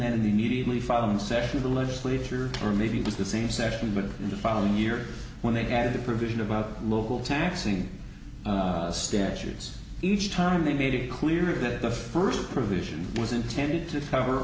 of the legislature or maybe it was the same session but in the following year when they added the provision about local taxing statutes each time they made it clear that the first provision was intended to cover